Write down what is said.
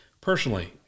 personally